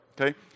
Okay